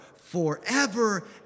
forever